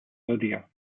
lydia